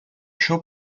show